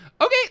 Okay